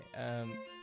okay